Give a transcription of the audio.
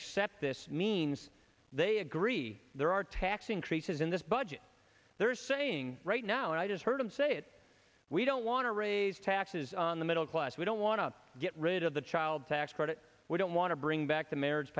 accept this means they agree there are tax increases in this budget they're saying right now and i just heard him say it we don't want to raise taxes on the middle class we don't want to get rid of the child tax credit we don't want to bring back the marriage